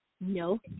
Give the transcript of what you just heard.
No